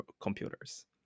computers